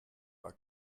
war